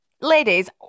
ladies